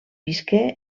visqué